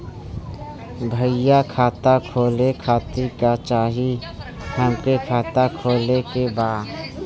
भईया खाता खोले खातिर का चाही हमके खाता खोले के बा?